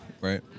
right